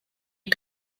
you